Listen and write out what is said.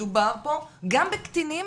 מדובר פה גם בקטינים